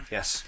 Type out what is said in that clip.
Yes